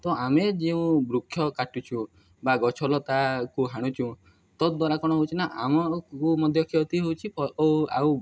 ତ ଆମେ ଯେଉଁ ବୃକ୍ଷ କାଟୁଛୁ ବା ଗଛଲତାକୁ ହାଣୁଛୁ ତ ଦ୍ୱାରା କଣ ହଉଛୁ ନା ଆମକୁ ମଧ୍ୟ କ୍ଷତି ହଉଛୁ ଓ ଆଉ